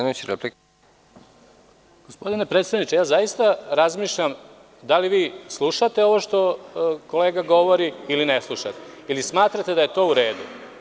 Gospodine predsedniče, zaista razmišljam da li vi slušate ovo što kolega govori, ne slušate ili smatrate da je to u redu?